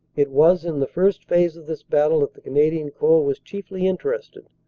it was in the first phase of this battle that the canadian corps was chiefly interested,